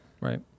Right